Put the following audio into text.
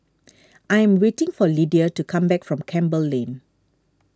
I am waiting for Lydia to come back from Campbell Lane